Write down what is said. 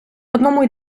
одному